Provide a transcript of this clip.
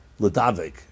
ladavik